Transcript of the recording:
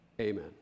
Amen